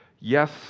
Yes